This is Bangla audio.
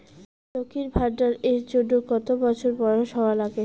লক্ষী ভান্ডার এর জন্যে কতো বছর বয়স হওয়া লাগে?